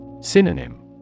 Synonym